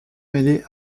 mêlée